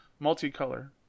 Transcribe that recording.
Multicolor